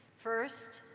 first,